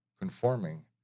conforming